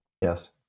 Yes